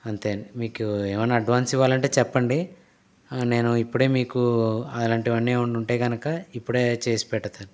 అంతే అండి మీకు ఏమైనా అడ్వాన్స్ ఇవ్వాలంటే చెప్పండి నేను ఇప్పుడే మీకు అలాంటివన్నీ ఏమన్నా ఉంటే కనుక ఇప్పుడే చేసి పెడతాను